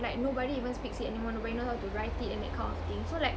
like nobody even speaks it anymore nobody knows how to write it and that kind of thing so like